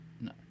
No